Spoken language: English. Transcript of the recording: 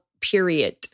period